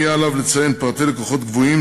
יהיה עליו לציין פרטי לקוחות קבועים,